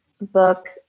book